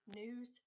news